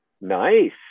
Nice